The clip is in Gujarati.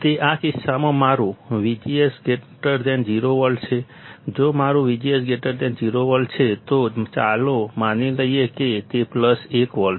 તે આ કિસ્સામાં મારું VGS 0 વોલ્ટ છે જો મારું VGS 0 વોલ્ટ છે તો ચાલો માનીએ કે તે પ્લસ 1 વોલ્ટ છે